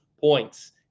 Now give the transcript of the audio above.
points